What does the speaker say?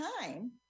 time